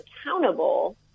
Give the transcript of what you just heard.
accountable